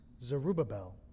Zerubbabel